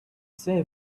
say